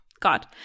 God